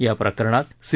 या प्रकरणात सी